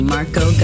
Marco